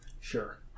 Sure